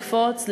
לקפוץ,